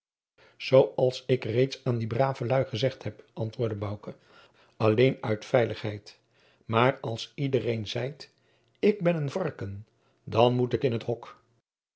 als ik reeds aan die brave lui gezegd heb antwoordde bouke alleen uit veiligheid maar als iedereen zeit ik ben een varken dan moet ik in t hok